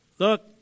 Look